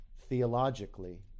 theologically